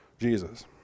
Jesus